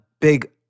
big